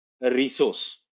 resource